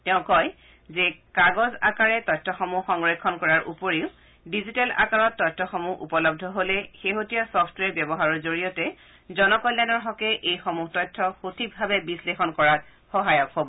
তেওঁ কয় যে কাগজ আকাৰে তথ্যসমূহ সংৰক্ষণ কৰাৰ উপৰি ডিজিটেল আকাৰত তথ্যসমূহ উপলব্ধ হলেশেহতীয়া ছফট্ৱেৰ ব্যৱহাৰৰ জৰিয়তে জলকল্যাণৰ হকে এইসমূহ তথ্য সঠিকভাৱে বিশ্লেষণ কৰাত সহায়ক হব